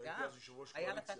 כשהייתי יושב-ראש הקואליציה.